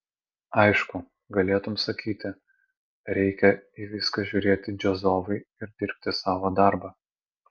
aišku galėtum sakyti reikia į viską žiūrėti džiazovai ir dirbti savo darbą